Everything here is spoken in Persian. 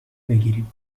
بگیریم